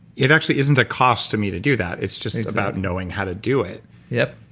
it actually isn't a cost to me to do that. it's just about knowing how to do it yup